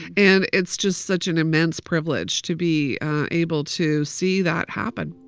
and it's just such an immense privilege to be able to see that happen